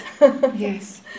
yes